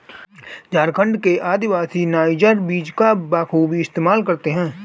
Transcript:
झारखंड के आदिवासी नाइजर बीज का बखूबी इस्तेमाल करते हैं